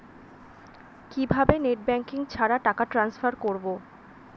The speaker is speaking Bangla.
কিভাবে নেট ব্যাঙ্কিং ছাড়া টাকা টান্সফার করব?